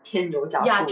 添油加醋